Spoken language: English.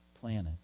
planet